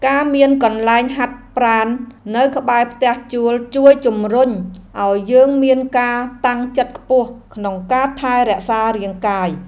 ការមានកន្លែងហាត់ប្រាណនៅក្បែរផ្ទះជួលជួយជម្រុញឱ្យយើងមានការតាំងចិត្តខ្ពស់ក្នុងការថែរក្សារាងកាយ។